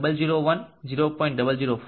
001 0